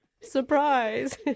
Surprise